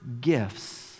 gifts